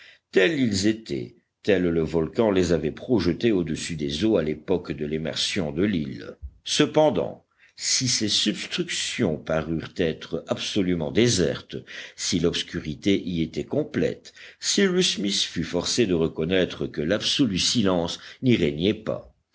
tels ils étaient tels le volcan les avait projetés au-dessus des eaux à l'époque de l'émersion de l'île cependant si ces substructions parurent être absolument désertes si l'obscurité y était complète cyrus smith fut forcé de reconnaître que l'absolu silence n'y régnait pas